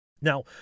Now